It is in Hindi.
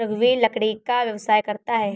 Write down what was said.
रघुवीर लकड़ी का व्यवसाय करता है